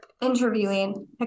interviewing